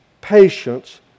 patience